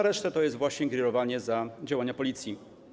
Reszta to jest właśnie grillowanie za działania policji.